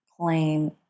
claim